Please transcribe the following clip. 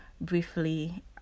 briefly